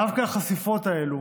דווקא החשיפות האלה